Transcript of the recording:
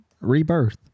rebirth